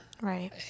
Right